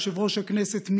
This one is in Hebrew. יושב-ראש הכנסת,